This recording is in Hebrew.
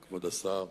שלום,